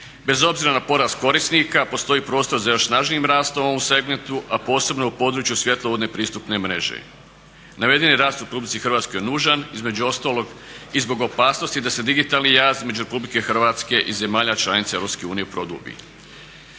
Bez obzira na porast korisnika postoji prostor za još snažnijim rastom u ovom segmentu a posebno u području svjetlovodne pristupne mreže. Navedeni rast u RH je nužan, između ostalog i zbog opasnosti da se digitalni jaz između RH i zemalja članica EU produbi.